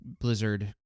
Blizzard